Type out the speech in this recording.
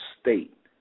state